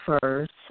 first